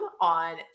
on